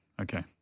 Okay